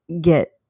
get